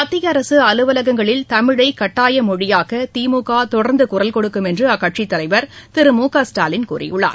மத்திய அரசு அலுவலகங்களில் தமிழை கட்டாய மொழியாக்க திமுக தொடர்ந்து குரல் கொடுக்கும் என்று அக்கட்சியின் தலைவர் திரு மு க ஸ்டாலின் கூறியுள்ளார்